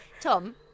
Tom